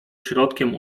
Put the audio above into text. środkiem